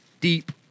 deep